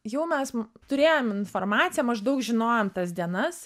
jau mes turėjom informaciją maždaug žinojom tas dienas